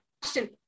question